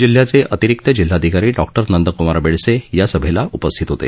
जिल्ह्याचे अतिरिक्त जिल्हाधिकारी डॉ नंदकमार बेडसे या सभेला उपस्थित होते